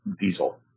diesel